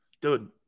Dude